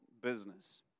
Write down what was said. business